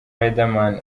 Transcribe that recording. riderman